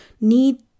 need